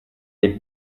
est